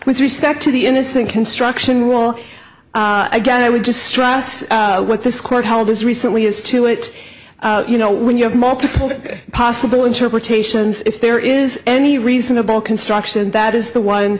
with respect to the innocent construction rule again i would just stress what this court held as recently as two it you know when you have multiple possible interpretations if there is any reasonable construction that is the one